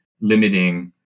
limiting